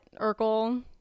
Urkel